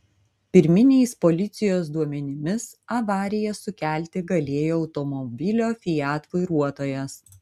pirminiais policijos duomenimis avariją sukelti galėjo automobilio fiat vairuotojas